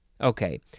Okay